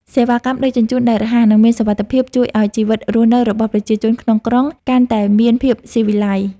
សេវាកម្មដឹកជញ្ជូនដែលរហ័ស និងមានសុវត្ថិភាពជួយឱ្យជីវិតរស់នៅរបស់ប្រជាជនក្នុងក្រុងកាន់តែមានភាពស៊ីវិល័យ។